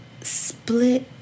split